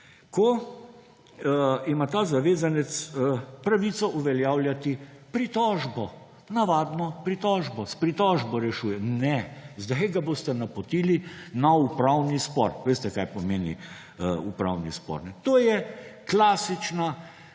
ko ima ta zavezanec pravico uveljavljati pritožbo, navadno pritožbo, s pritožbo rešuje. Ne, zdaj ga boste napotili na upravni spor. Veste, kaj pomeni upravni spor, kajne? To je klasična